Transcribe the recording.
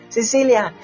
Cecilia